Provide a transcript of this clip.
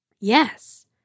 Yes